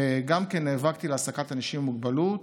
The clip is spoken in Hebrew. נאבקתי להעסקת אנשים עם מוגבלות,